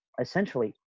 essentially